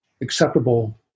acceptable